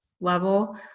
level